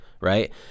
right